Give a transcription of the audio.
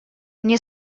мне